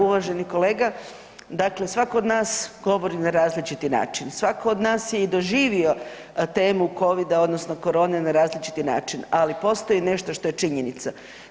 Uvaženi kolega, dakle svatko od nas govori na različiti način, svatko od nas je i doživio temu Covida odnosno korone na različiti način, ali postoji nešto što je činjenica.